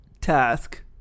task